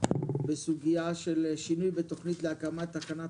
בסוגיה של שינוי בתוכנית להקמת תחנת